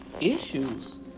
issues